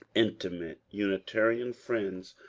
intimate uni tarian friends,